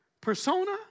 persona